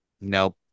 Nope